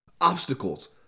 obstacles